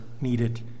needed